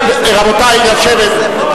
רבותי, לשבת.